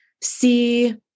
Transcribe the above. see